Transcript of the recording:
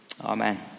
Amen